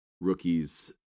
rookies